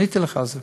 עניתי לך על זה.